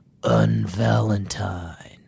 Unvalentine